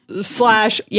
slash